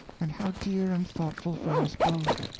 and how dear and thoughtful for us both!